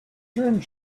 turned